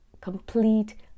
complete